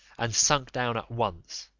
and sunk down at once,